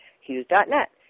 hughes.net